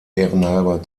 ehrenhalber